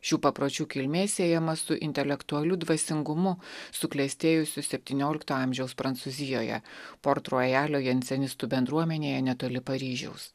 šių papročių kilmė siejama su intelektualiu dvasingumu suklestėjusiu septyniolikto amžiaus prancūzijoje port ruajalio jencenistų bendruomenėje netoli paryžiaus